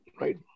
right